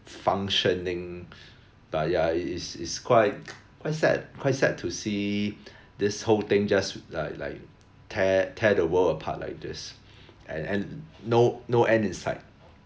functioning uh ya it is it's quite quite sad quite sad to see this whole thing just like like tear tear the world apart like this and and no no end in sight